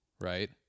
right